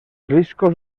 riscos